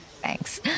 thanks